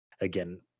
again